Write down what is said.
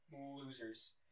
losers